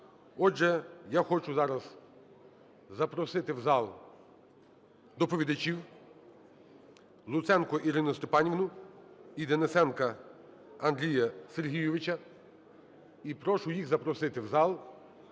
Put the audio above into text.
Отже, я хочу зараз запросити в зал доповідачів – Луценко Ірину Степанівну і Денисенка Андрія Сергійовича. І прошу їх запросити в зал,